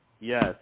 yes